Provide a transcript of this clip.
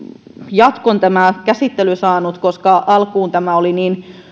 jatkon on tämä käsittely saanut alkuun tämä oli